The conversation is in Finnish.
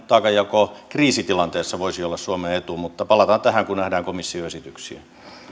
taakanjako kriisitilanteessa voisi olla suomen etu mutta palataan tähän kun nähdään komission esityksiä